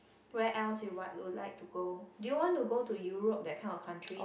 where else you what would like to go do you want to go to Europe that kind of country